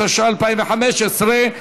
התשע"ה 2015,